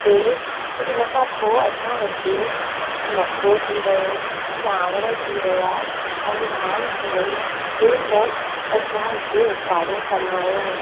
तंहिं उन खां पोइ असां हिते मको थी वियो चांवर थी विया ऐं धान थी वई इहे सभु असां हिते उत्पादन कंदा आहियूं